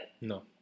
No